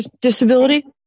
disability